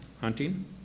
hunting